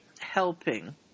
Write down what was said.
Helping